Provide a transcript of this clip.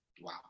wow